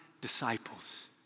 disciples